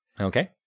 Okay